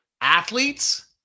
Athletes